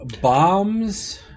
bombs